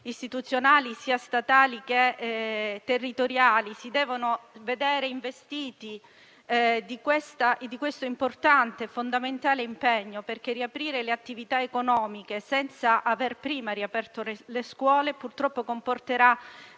istituzionali, sia statali che territoriali, si devono quindi vedere investiti di questo importante e fondamentale impegno, perché riaprire le attività economiche senza aver prima riaperto le scuole purtroppo comporterà